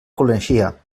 coneixia